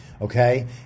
Okay